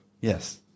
Yes